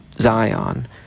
Zion